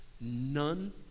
none